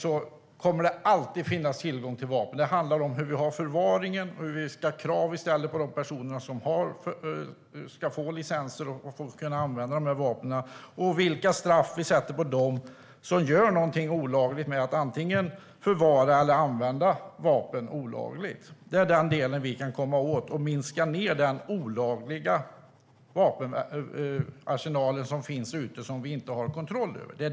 Det kommer därför alltid att finnas tillgång till vapen. Det vi kan komma åt handlar om förvaringen, kraven på de personer som ska få licenser att använda vapnen samt straffen för dem som förvarar eller använder vapen olagligt. Det är det vi behöver jobba med för att minska den olagliga vapenarsenal som finns och som vi inte har kontroll över.